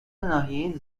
ناحیه